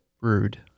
rude